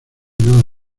nada